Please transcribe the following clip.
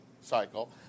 cycle